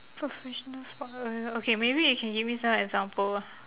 professional sport uh okay maybe you can give me some example ah